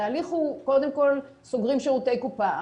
התהליך הוא קודם כול סוגרים שירותי קופה,